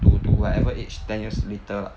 to to whatever aged ten years later lah